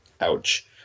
Ouch